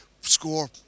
score